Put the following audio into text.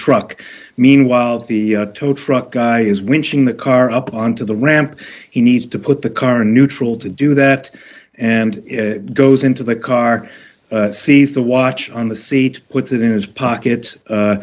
truck meanwhile the tow truck guy is winching the car up on to the ramp he needs to put the car in neutral to do that and it goes into the car sees the watch on the seat puts it in his pocket